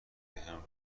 بهم